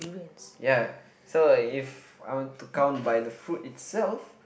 ya so if I want to count by the fruit itself